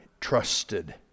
trusted